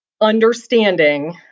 understanding